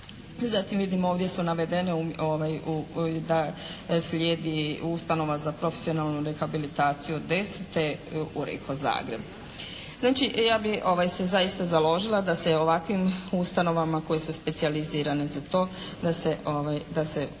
Zatim vidim ovdje su navedene u, da slijedi ustanova za profesionalnu rehabilitaciju … /Govornica se ne razumije./ … Zagreb. Znači ja bih se zaista založila da se ovakvim ustanovama koje su specijalizirane za to da se i